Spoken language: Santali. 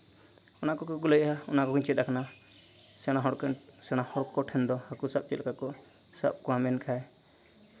ᱚᱱᱟ ᱠᱚᱜᱮ ᱠᱚ ᱞᱟᱹᱭ ᱮᱜᱼᱟ ᱚᱱᱟ ᱠᱚᱜᱮᱧ ᱪᱮᱫ ᱟᱠᱟᱱᱟ ᱥᱮᱬᱟ ᱦᱚᱲ ᱥᱮᱬᱟ ᱦᱚᱲ ᱠᱚ ᱴᱷᱮᱱ ᱫᱚ ᱦᱟᱹᱠᱩ ᱥᱟᱵ ᱪᱮᱫᱠᱟ ᱠᱚ ᱥᱟᱵ ᱠᱚᱣᱟ ᱢᱮᱱᱠᱷᱟᱡ